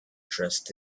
dressed